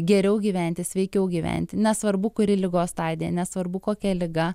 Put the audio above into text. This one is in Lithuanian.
geriau gyventi sveikiau gyventi nesvarbu kuri ligos stadija nesvarbu kokia liga